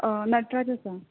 नटराज आसा